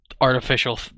artificial